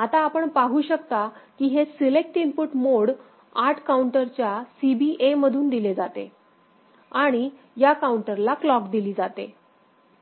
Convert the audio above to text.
आता आपण पाहू शकता की हे सिलेक्ट इनपुट मॉड 8 काउंटरच्या C B A मधून दिले जातात आणि या काउंटरला क्लॉक दिली जाते